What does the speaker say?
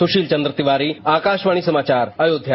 सुशील चंद्र तिवारी आकाशवाणी समाचार अयोध्या